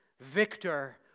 victor